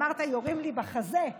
אמרת: יורים לי בחזה,